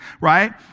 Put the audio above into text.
right